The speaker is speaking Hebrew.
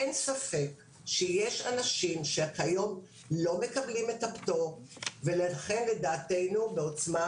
אין ספק שיש אנשים שכיום לא מקבלים את הפטור ולכן לדעתנו ב'עוצמה'